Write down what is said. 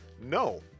No